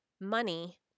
money